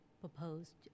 proposed